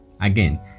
Again